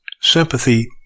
Sympathy